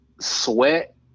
Sweat